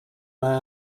men